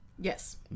Yes